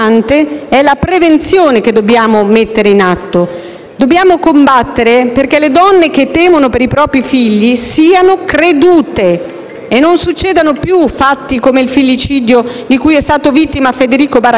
e non succedano più fatti come il figlicidio di cui è stato vittima Federico Barakat, ucciso a 8 anni nel 2009 dal padre nelle stanze dei servizi sociali a San Donato Milanese, durante un incontro protetto.